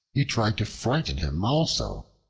he tried to frighten him also,